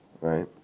right